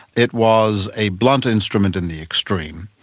it was a blunt instrument in the extreme,